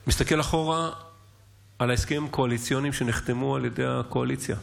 אני מסתכל אחורה על ההסכמים הקואליציוניים שנחתמו על ידי הקואליציה,